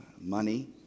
money